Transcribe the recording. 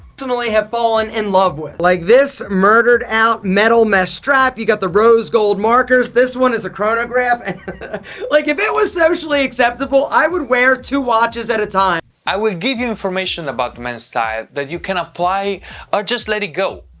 personally, have fallen in love with. like this murdered out metal mesh strap. you've got the rose gold markers. this one is a chronograph. and like, if it was socially acceptable, i would wear two watches, at a time. i will give you information about men's style that you can apply or just let it go.